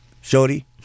Shorty